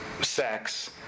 sex